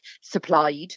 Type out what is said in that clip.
supplied